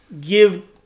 give